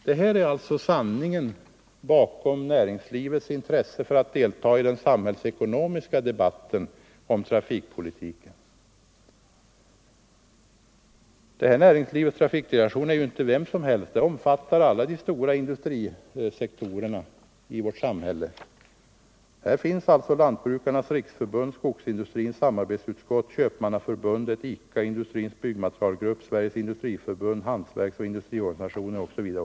Det här är alltså sanningen bakom näringslivets intresse för att delta i den samhällsekonomiska debatten om trafikpolitiken. Näringslivets trafikdelegation är ju inte vilket organ som helst; den omfattar alla de stora industrisektorerna i vårt samhälle. Här finns Lantbrukarnas riksförbund, Skogsindustrins samarbetsutskott, Köpmannaförbundet, ICA, Industrins byggmaterialgrupp, Sveriges industriförbund, hantverksoch industriorganisationer osv.